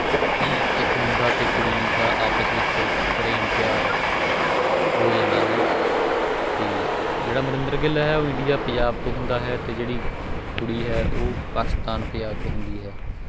ਇੱਕ ਮੁੰਡਾ ਅਤੇ ਕੁੜੀ ਦਾ ਆਪਸ ਵਿੱਚ ਪ੍ਰੇਮ ਪਿਆਰ ਹੋ ਜਾਂਦਾ ਹੈ ਅਤੇ ਜਿਹੜਾ ਅਮਰਿੰਦਰ ਗਿੱਲ ਹੈ ਉਹ ਇੰਡੀਆ ਪੰਜਾਬ ਤੋਂ ਹੁੰਦਾ ਹੈ ਅਤੇ ਜਿਹੜੀ ਕੁੜੀ ਹੈ ਉਹ ਪਾਕਿਸਤਾਨ ਪੰਜਾਬ ਤੋਂ ਹੁੰਦੀ ਹੈ